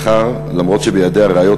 מחר, שבידיה ראיות